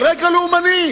על רקע לאומני,